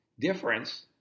difference